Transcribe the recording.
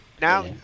now